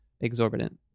exorbitant